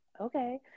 okay